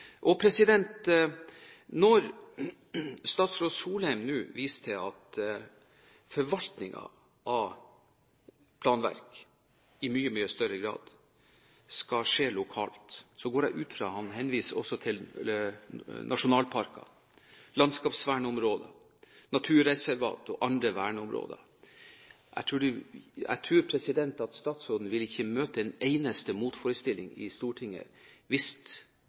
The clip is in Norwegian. noe med. Når statsråd Solheim nå viser til at forvaltningen av planverk i mye, mye større grad skal skje lokalt, går jeg ut fra at han henviser også til nasjonalparkene, landskapsvernområdene, naturreservat og andre verneområder. Jeg tror at statsråden ikke vil møte en eneste motforestilling i Stortinget hvis